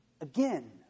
again